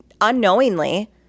unknowingly